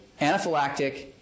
anaphylactic